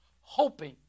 Hoping